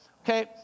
okay